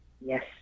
yes